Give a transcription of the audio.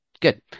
good